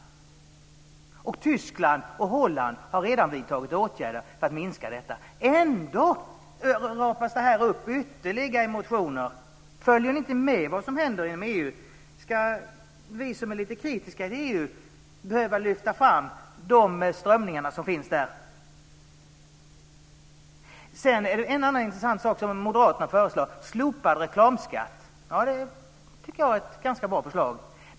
Och Tyskland och Holland har redan vidtagit åtgärder för att minska detta. Ändå radas detta upp i ytterligare motioner. Följer ni inte med i vad som händer inom EU? Ska vi som är lite kritiska till EU behöva lyfta fram de strömningar som finns där? En annan intressant sak som moderaterna föreslår är slopad reklamskatt. Det tycker jag är ett ganska bra förslag.